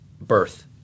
birth